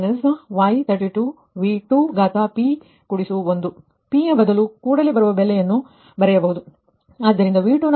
P ಯ ಬದಲು ಕೂಡಲೇ ಬರುವ ಬೆಲೆಯನ್ನು ಬರೆಯಬಹುದು